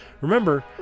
remember